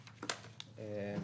היושב-ראש,